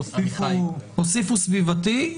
הוסיפו סביבתי.